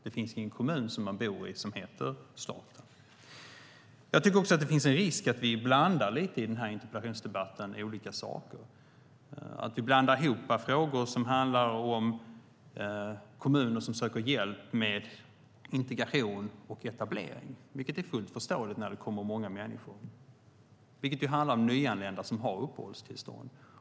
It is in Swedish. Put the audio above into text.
Det finns ingen kommun som man bor i som heter staten. Jag tycker också att det finns en risk att vi blandar ihop olika saker i den här interpellationsdebatten. Vi kan blanda ihop frågor som handlar om kommuner som söker hjälp och frågor om integration och etablering. Det är fullt förståeligt när det kommer många människor, vilket handlar om nyanlända som har uppehållstillstånd.